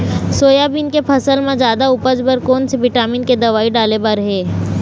Soybean के फसल म जादा उपज बर कोन से विटामिन के दवई डाले बर ये?